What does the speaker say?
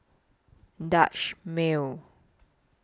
Dutch Mill